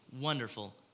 wonderful